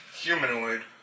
humanoid